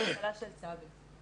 'המשאלה של צבי',